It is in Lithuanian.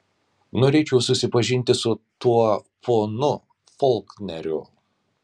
norėčiau susipažinti su tuo ponu folkneriu